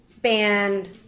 band